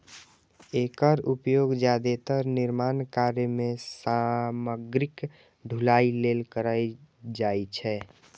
एकर उपयोग जादेतर निर्माण कार्य मे सामग्रीक ढुलाइ लेल कैल जाइ छै